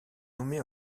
nommée